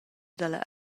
dalla